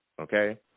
okay